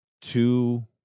two